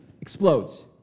explodes